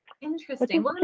interesting